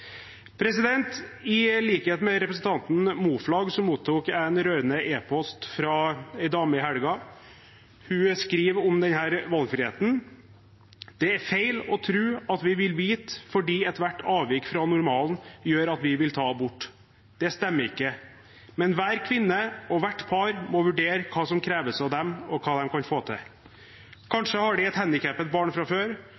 I likhet med representanten Moflag mottok jeg en rørende e-post fra en dame i helgen. Hun skriver om denne valgfriheten: Det er feil å tro at vi vil vite fordi ethvert avvik fra normalen gjør at vi vil ta abort. Det stemmer ikke. Men hver kvinne og hvert par må vurdere hva som kreves av dem, og hva de kan få til.